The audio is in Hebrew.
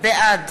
בעד